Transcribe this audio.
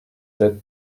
sept